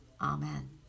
Amen